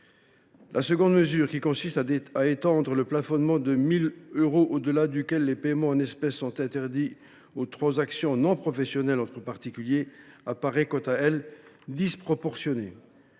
La seconde mesure, qui consiste à étendre le plafonnement de 1 000 euros au delà duquel le paiement en espèces est interdit aux transactions non professionnelles entre particuliers, apparaît quant à elle disproportionnée.